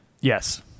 Yes